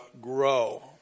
grow